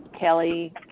Kelly